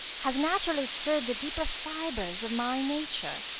has naturally stirred the deeper fibres of my nature.